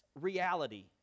reality